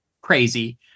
crazy